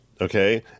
okay